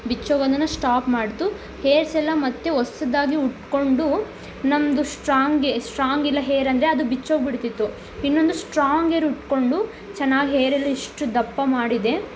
ಬಿಚ್ಚೋಗೋದನ್ನು stop ಮಾಡಿತು hairs ಎಲ್ಲ ಮತ್ತೆ ಹೊಸ್ದಾಗಿ ಹುಟ್ಕೊಂಡು ನಮ್ಮದು ಸ್ಟ್ರಾಂಗ್ ಸ್ಟ್ರಾಂಗಿಲ್ಲ ಹೇರಂದರೆ ಅದು ಬಿಚ್ಚೋಗ್ಬಿಡ್ತಿತ್ತು ಇನ್ನೊಂದು ಸ್ಟ್ರಾಂಗ್ ಹೇರ್ ಹುಟ್ಕೊಂಡು ಚೆನ್ನಾಗಿ ಹೇರೆಲ್ಲ ಇಷ್ಟು ದಪ್ಪ ಮಾಡಿದೆ